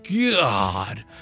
God